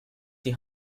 die